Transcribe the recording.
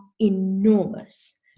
enormous